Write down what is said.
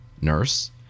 Nurse